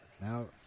Now